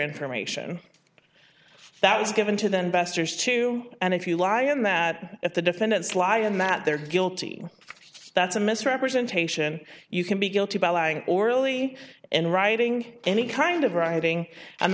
information that was given to the investors too and if you lie in that at the defendant's lie in that they're guilty that's a misrepresentation you can be guilty by lying orally in writing any kind of writing and